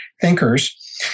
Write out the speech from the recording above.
thinkers